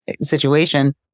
situation